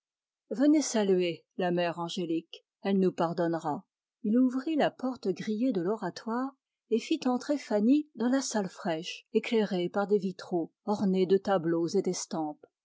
venez saluer la mère angélique elle nous pardonnera il ouvrit la porte grillée de l'oratoire et fit entrer fanny dans la salle fraîche éclairée par des vitraux ornée de tableaux et d'estampes